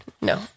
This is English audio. No